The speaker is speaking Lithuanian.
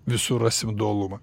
visur rasim dualumą